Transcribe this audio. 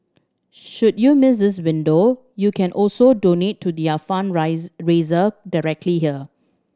should you miss this window you can also donate to their directly here